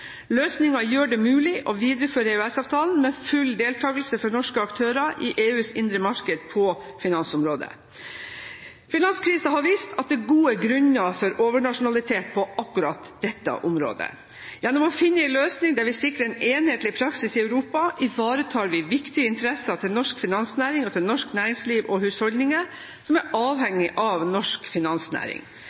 Løsningen gjør det mulig å videreføre EØS-avtalen med full deltakelse for norske aktører i EUs indre marked på finansområdet. Finanskrisen har vist at det er gode grunner for overnasjonalitet på akkurat dette området. Gjennom å finne en løsning der vi sikrer en enhetlig praksis i Europa, ivaretar vi viktige interesser for norsk finansnæring og til norsk næringsliv og husholdninger som er avhengig av norsk finansnæring.